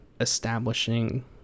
establishing